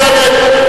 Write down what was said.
נא לשבת.